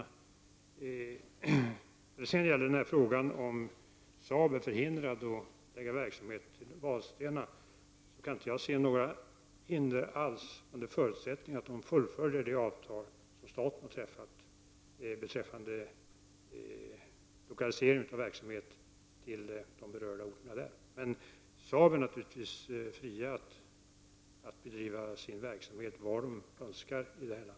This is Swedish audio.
När det sedan gäller frågan huruvida Saab är förhindrat att förlägga verksamhet till Vadstena måste jag säga att jag inte ser några hinder alls i det avseendet, under förutsättning att det avtal fullföljs som staten har träffat angående lokalisering av verksamhet till berörda orter. Naturligtvis står det Saab fritt att bedriva verksamhet i vårt land varhelst Saab önskar.